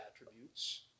attributes